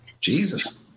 Jesus